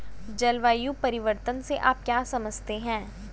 जलवायु परिवर्तन से आप क्या समझते हैं?